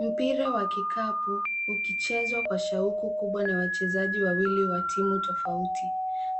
Mpira wa kikapu ukichezwa kwa shauku kubwa na wachezaji wawili wa timu tofauti.